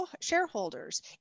shareholders